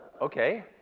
okay